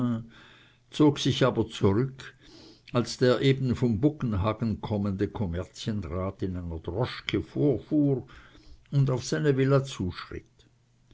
zog sich aber zurück als der eben von buggenhagen kommende kommerzienrat in einer droschke vorfuhr und auf seine villa zuschritt